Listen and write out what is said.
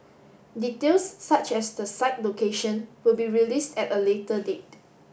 details such as the site location will be released at a later date